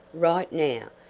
right now,